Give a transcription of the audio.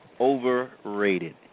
overrated